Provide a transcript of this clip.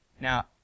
now